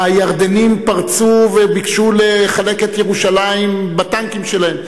הירדנים פרצו וביקשו לחלק את ירושלים בטנקים שלהם.